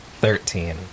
Thirteen